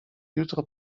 jutro